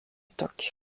stock